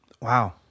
Wow